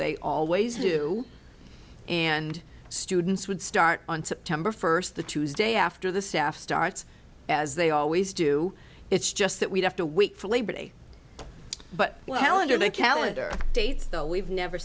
they always do and students would start on september first the tuesday after the staff starts as they always do it's just that we have to wait for labor day but well under the calendar dates though we've never